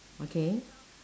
okay